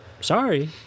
Sorry